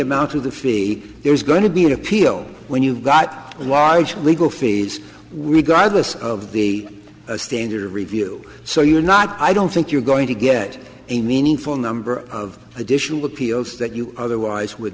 amount of the fee there's going to be an appeal when you've got a large legal for regardless of the standard of review so you're not i don't think you're going to get a meaningful number of additional appeals that you otherwise would